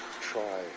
Try